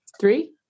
Three